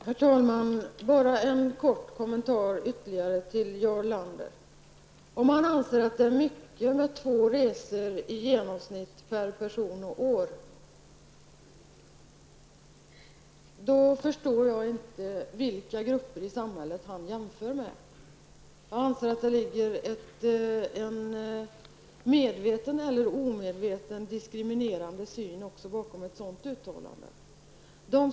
Herr talman! Bara ytterligare en liten kommentar till Jarl Lander. Om två resor i genomsnitt per person och år anses vara mycket, förstår jag inte vilka grupper i samhället som Jarl Lander jämför med. Jag anser att det är en medveten eller omedveten diskriminering som ligger bakom ett sådant uttalande.